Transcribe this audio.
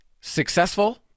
successful